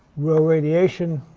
rho radiation